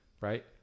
right